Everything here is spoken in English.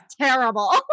terrible